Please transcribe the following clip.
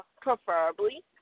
preferably